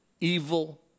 evil